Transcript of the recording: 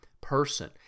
person